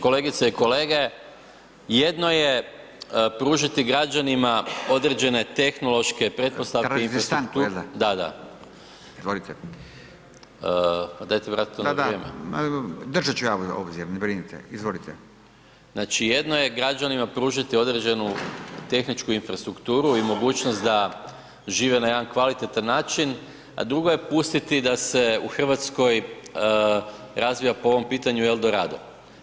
Kolegice i kolege jedno je pružiti građanima određene tehnološke pretpostavke [[Upadica: Tražite stanku jel da?.]] da, da [[Upadica: Izvolite.]] pa dajte vratite onda vrijeme [[Upadica: Da, da, držat ću ja obzir, ne brinite, izvolite.]] znači jedno je građanima pružiti određenu tehničku infrastrukturu i mogućnost da žive na jedan kvalitetan način, a drugo je pustiti da se u Hrvatskoj razvija po ovom pitanju El Dorado.